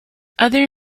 other